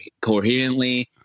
coherently